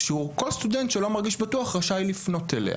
שכל סטודנט שלא מרגיש בטוח רשאי לפנות אליה.